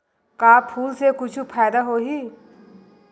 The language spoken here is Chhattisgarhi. का फूल से कुछु फ़ायदा होही?